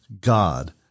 God